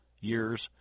years